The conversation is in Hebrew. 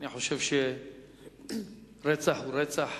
אני חושב שרצח הוא רצח,